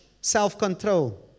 self-control